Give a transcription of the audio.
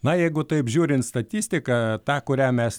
na jeigu taip žiūrint statistiką tą kurią mes